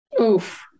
Oof